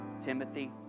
Timothy